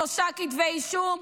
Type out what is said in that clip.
הוא עבריין סדרתי עם 53 כתבי אישום,